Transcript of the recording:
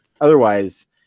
Otherwise